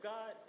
God